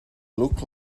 look